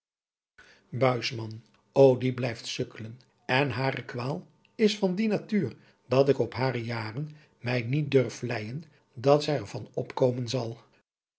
die blijft sukkelen en hare kwaal is van die natuur dat ik op hare jaren mij niet durf vleijen dat zij er van opkomen zal